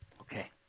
Okay